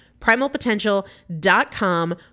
Primalpotential.com